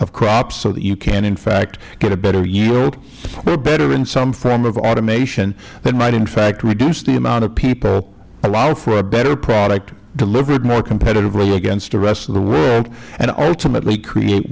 of crops so that you can in fact get a better yield or better in some form of automation that might in fact reduce the amount of people allow for a better product delivered more competitively against the rest of the world and ultimately create